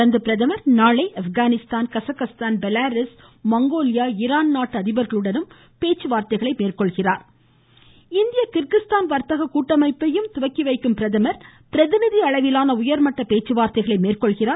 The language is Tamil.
தொடர்ந்து பிரதமர் நாளை பெலாரஸ் மங்கோலியா ஈரான் நாட்டு அதிபர்களுடனும் பேச்சுவார்த்தைகளை மேற்கொள்கிறார் மேலும் இந்திய கிர்கிஸ்தான் வாத்தக கூட்டமைப்பை துவக்கி வைக்கும் பிரதமர் பிரதிநிதி அளவிலான உயர்மட்ட பேச்சுவார்த்தைகளை மேற்கொள்கிறார்